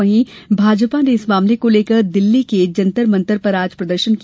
वहीं भाजपा ने इस मामले को लेकर दिल्ली के जंतर मंतर पर प्रदर्शन किया